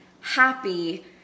happy